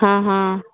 हँ हँ